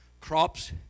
crops